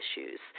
issues